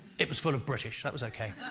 it was full of british, that was ok.